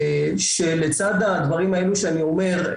שלצד הדברים האלו שאני אומר,